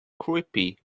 creepy